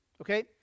Okay